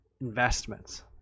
investments